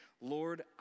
Lord